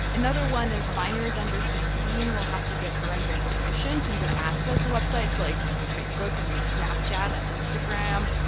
another one is minors under sixteen will have to get parental permission to even access websites like facebook and snapchat and instagram.